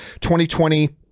2020